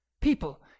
People